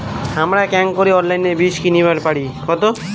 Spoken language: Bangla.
হামরা কেঙকরি অনলাইনে বীজ কিনিবার পারি?